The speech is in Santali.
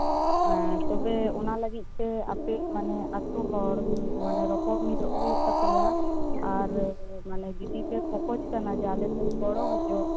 ᱛᱚᱵᱮ ᱚᱱᱟ ᱞᱟᱹᱜᱤᱫᱛᱮ ᱟᱯᱮ ᱚᱱᱟ ᱟᱛᱳ ᱦᱚᱲ ᱢᱟᱱᱮ ᱨᱚᱯᱚᱲ ᱢᱤᱫᱚᱜ ᱦᱩᱭᱩᱜ ᱛᱟᱯᱮᱭᱟ ᱟᱨ ᱢᱟᱱᱮ ᱡᱩᱫᱤ ᱯᱮ ᱠᱷᱚᱠᱚᱡᱽ ᱠᱟᱱᱟ ᱡᱮ ᱟᱞᱮ ᱴᱷᱮᱱ ᱜᱚᱲᱚ ᱦᱚᱪᱚᱜ